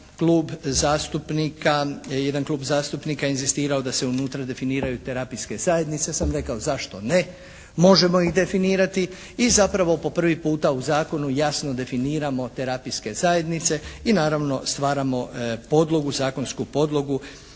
jedan klub zastupnika je inzistirao da se unutra definiraju terapijske zajednice. Sam rekao zašto ne, možemo ih definirati i zapravo po prvi puta u zakonu jasno definiramo terapijske zajednice i naravno stvaramo podlogu, zakonsku podlogu